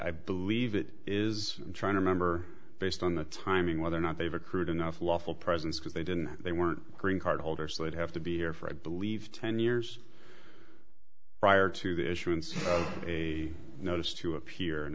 i believe it is trying to remember based on the timing whether or not they've accrued enough lawful presence because they didn't they were green card holders they'd have to be here for i believe ten years prior to the issuance of a notice to appear and